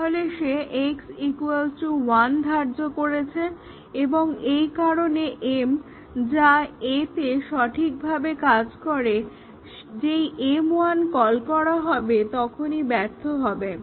তাহলে সে x 1 ধার্য করেছে এবং এই কারণে m যা A তে সঠিকভাবে কাজ করে যেই m1 কল করা হবে তখনই ব্যর্থ হয়ে যাবে